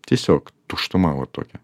tiesiog tuštuma va tokia